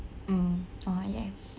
hmm orh yes